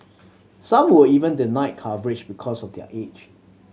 some were even denied coverage because of their age